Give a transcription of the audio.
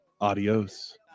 adios